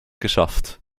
geschafft